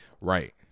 Right